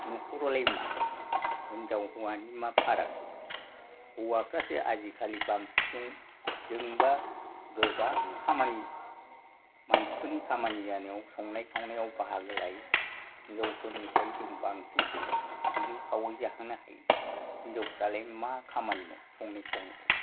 नखरावलाय मा हिनजाव हौवानि मा फाराग हौवाफ्रासो आजि खालि बांसिन सङो जोंबा गोबां खामानि मानसिफोरनि खामानि जानायाव संनाय खावनायाव बाहागो लायो हिनजावफोरनिफ्राय जों बांसिनसो सङै खावै जाहोनो हायो हिनजावफ्रालाय मा खामानि मावो संनाय खावनायाव